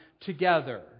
together